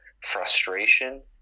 frustration